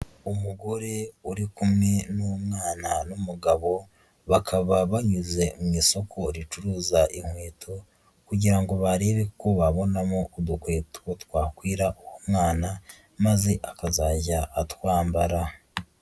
Umugore uri kumwe n'umwana n'umugabo, bakaba banyuze mu isoko ricuruza inkweto kugira ngo barebe ko babonamo udukweto twakwira uwo mwana maze akazajya atwambara.